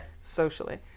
socially